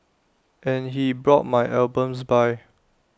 and he brought my albums by